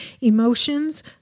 emotions